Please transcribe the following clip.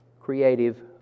creative